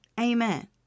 Amen